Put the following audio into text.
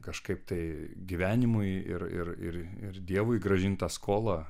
kažkaip tai gyvenimui ir ir ir ir dievui grąžint tą skolą